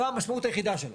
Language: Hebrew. זו המשמעות היחידה של זה.